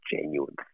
genuine